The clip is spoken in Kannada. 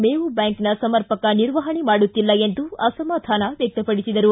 ಮೇವು ಬ್ಯಾಂಕ್ನ ಸಮರ್ಪಕ ನಿರ್ವಹಣೆ ಮಾಡುತ್ತಿಲ್ಲ ಎಂದು ಅಸಮಾಧಾನ ವ್ಯಕ್ತಪಡಿಸಿದರು